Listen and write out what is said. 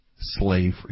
slavery